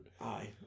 Aye